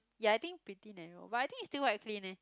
ya I think pretty narrow but I think is still quite clean eh